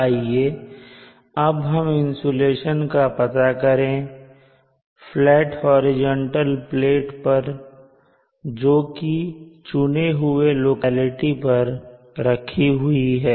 आइए अब हम इंसुलेशन का पता करें फ्लैट हॉरिजॉन्टल प्लेट पर जोकि चुने हुए लोकेलिटी पर रखी हुई है